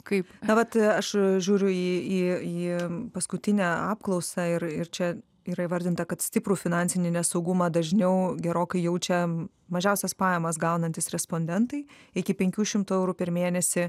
kaip na vat aš žiūriu į į į paskutinę apklausą ir ir čia yra įvardinta kad stiprų finansinį nesaugumą dažniau gerokai jaučia mažiausias pajamas gaunantys respondentai iki penkių šimtų eurų per mėnesį